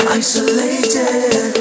isolated